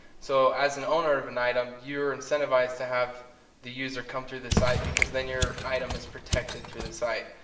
so as an owner of an item, you're incentivized to have the user come through this site because then your item is protected through this site.